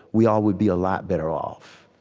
we all would be a lot better off.